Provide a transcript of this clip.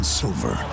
silver